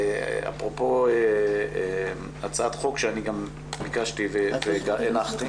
אפרופו הצעת חוק שגם ביקשתי והנחתי,